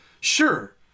Sure